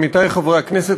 עמיתי חברי הכנסת,